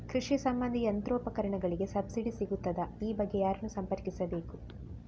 ಕೃಷಿ ಸಂಬಂಧಿ ಯಂತ್ರೋಪಕರಣಗಳಿಗೆ ಸಬ್ಸಿಡಿ ಸಿಗುತ್ತದಾ? ಈ ಬಗ್ಗೆ ಯಾರನ್ನು ಸಂಪರ್ಕಿಸಬೇಕು?